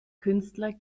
künstler